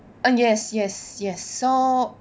yes yes yes so